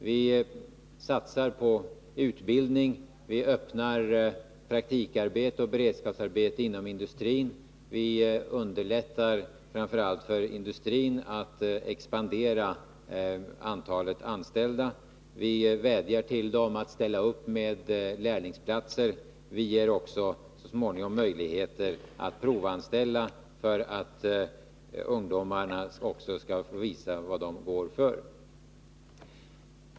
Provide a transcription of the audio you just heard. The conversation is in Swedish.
Vi satsar på utbildning, vi öppnar praktikarbete och beredskapsarbete inom industrin, vi underlättar framför allt för industrin att expandera antalet anställda, vi vädjar till företag att ställa upp med lärlingsplatser och ger småningom möjligheter att provanställa ungdomar för att de skall kunna visa vad de går för.